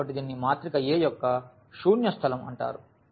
కాబట్టి దీనిని మాత్రిక A యొక్క శూన్య స్థలం అంటారు